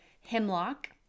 hemlock